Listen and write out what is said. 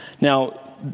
Now